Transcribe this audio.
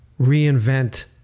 reinvent